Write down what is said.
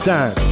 Time